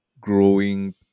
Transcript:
growing